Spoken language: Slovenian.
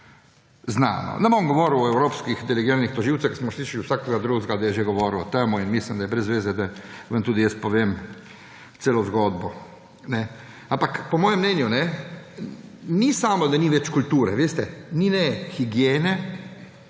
znano. Ne bom govoril o evropskih delegiranih tožilcih, ker smo slišali že vsakega drugega, da je govoril o tem, in mislim, da je brez zveze, da vam tudi jaz povem celo zgodbo. Ampak po mojem mnenju ne samo, da ni več kulture, veste, ni ne higiene